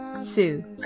Sue